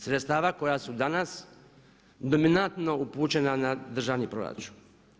Sredstva koja su danas dominantno upućena na državni proračun.